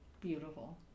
Beautiful